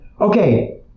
okay